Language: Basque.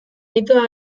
mitoa